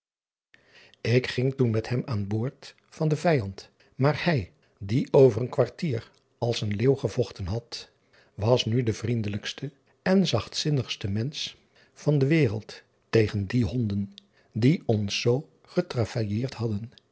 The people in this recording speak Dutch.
k ging toen met hem aan boord van den vijand maar hij die over een kwartier als een leeuw gevochten had was nu de vriendelijkste en zachtzinnigste mensch van de wereld tegen die honden die ons zoo getravailleerd hadden